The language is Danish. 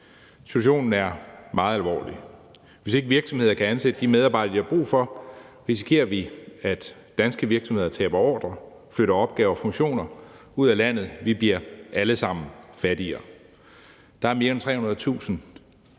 Situationen er meget alvorlig. Hvis ikke virksomheder kan ansætte de medarbejdere, de har brug for, risikerer vi, at danske virksomheder taber ordrer, flytter opgaver og funktioner ud af landet. Vi bliver alle sammen fattigere. Der er mere end 300.000